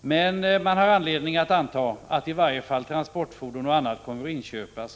men man har anledning att anta att i varje fall transportfordon och annat sådant kommer att inköpas.